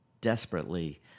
desperately